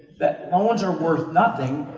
that no ones are worth nothing,